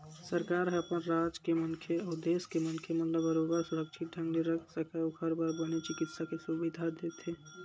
सरकार ह अपन राज के मनखे अउ देस के मनखे मन ला बरोबर सुरक्छित ढंग ले रख सकय ओखर बर बने चिकित्सा के सुबिधा देथे